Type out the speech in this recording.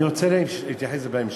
אני רוצה להתייחס לזה בהמשך.